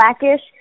Blackish